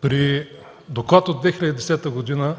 При доклад от 2010 г.